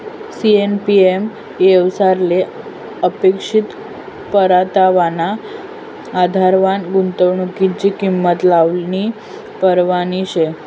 CAPM येवसायले अपेक्षित परतावाना आधारवर गुंतवनुकनी किंमत लावानी परवानगी शे